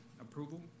approval